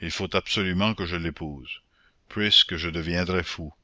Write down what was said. il faut absolument que je l'épouse puisque je deviendrais fou